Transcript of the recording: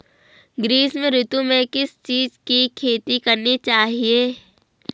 ग्रीष्म ऋतु में किस चीज़ की खेती करनी चाहिये?